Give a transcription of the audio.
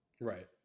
Right